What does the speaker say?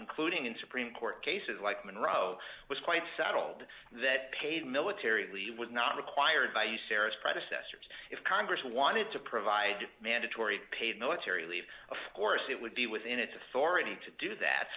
including in supreme court cases like monroe was quite settled that paid military was not required by you sarah's predecessors if congress wanted to provide mandatory paid military leave of course it would be within its authority to do that